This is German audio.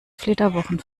flitterwochen